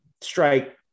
Strike